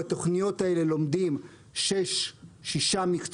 בתכניות האלה לומדים 6 מקצועות,